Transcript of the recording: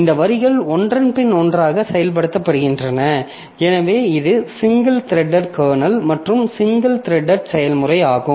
இந்த வரிகள் ஒன்றன் பின் ஒன்றாக செயல்படுத்தப்படுகின்றன எனவே இது சிங்கிள் த்ரெட்டட் கர்னல் மற்றும் சிங்கிள் த்ரெட்டட் செயல்முறை ஆகும்